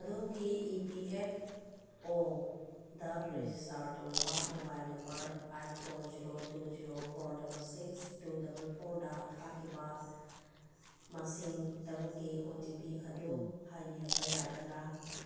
ꯑꯗꯣꯝꯒꯤ E P F ꯑꯣꯗ register ꯇꯧꯔꯕ mobile number eight four zero two zero four double six two double ꯐꯣꯔꯗ ꯊꯥꯈꯤꯕ ꯃꯁꯤꯡ ꯇꯔꯨꯛꯀꯤ ꯑꯣ ꯇꯤ ꯄꯤ ꯑꯗꯨ ꯍꯥꯏꯕꯤꯔꯛꯄ ꯌꯥꯒꯗ꯭ꯔꯥ